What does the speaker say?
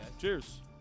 Cheers